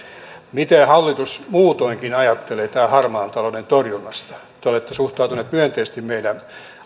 miten hallitus muutoinkin ajattelee tämän harmaan talouden torjunnasta te olette suhtautuneet myönteisesti meidän